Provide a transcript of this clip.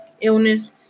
illness